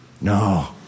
No